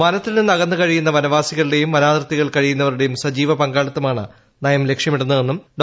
വനത്തിൽ നിന്നകന്ന് കഴിയുന്ന വനവാസികളുടെയും വനാതിർത്തികളിൽ കഴിയുന്നവരുടെയും ന്യൂജീവ പങ്കാളിത്തമാണ് നയം ലക്ഷ്യമിടുന്നതെന്നും ഡോ